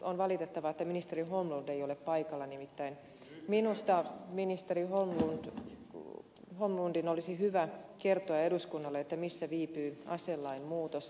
on valitettavaa että ministeri holmlund ei ole paikalla nimittäin minusta ministeri holmlundin olisi hyvä kertoa eduskunnalle missä viipyy aselain muutos